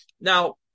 Now